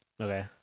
Okay